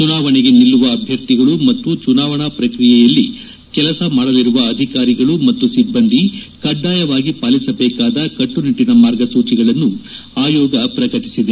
ಚುನಾವಣೆಗೆ ನಿಲ್ಲುವ ಅಭ್ಯರ್ಥಿಗಳು ಮತ್ತು ಚುನಾವಣಾ ಪ್ರಕ್ರಿಯೆಯಲ್ಲಿ ಕೆಲಸ ಮಾಡಲಿರುವ ಅಧಿಕಾರಿಗಳು ಮತ್ತು ಸಿಬ್ಬಂದಿ ಕಡ್ಗಾಯವಾಗಿ ಪಾಲಿಸಬೇಕಾದ ಕಟ್ಟು ನಿಟ್ಟಿನ ಮಾರ್ಗಸೊಚಿಗಳನ್ನು ಆಯೋಗ ಪ್ರಕಟಿಸಿದೆ